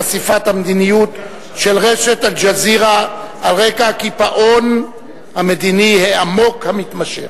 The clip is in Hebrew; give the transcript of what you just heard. חשיפת המדיניות ברשת "אל-ג'זירה" על רקע הקיפאון המדיני העמוק והמתמשך.